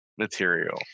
material